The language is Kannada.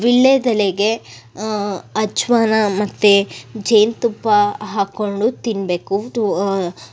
ವೀಳ್ಯದೆಲೆಗೆ ಅಜ್ವಾನ ಮತ್ತು ಜೇನು ತುಪ್ಪ ಹಾಕ್ಕೊಂಡು ತಿನ್ನಬೇಕು ಟೂ